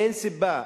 אין סיבה,